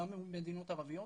גם עם מדינות ערביות,